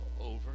over